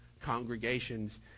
congregations